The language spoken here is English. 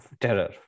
terror